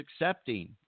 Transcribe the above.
accepting